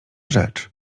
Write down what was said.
rzecz